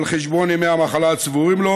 על חשבון ימי המחלה הצבורים לו